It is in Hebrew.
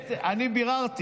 אני ביררתי.